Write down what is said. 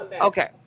Okay